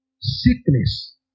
sickness